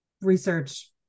research